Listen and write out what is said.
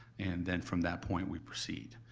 and then from that point, we proceed.